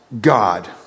God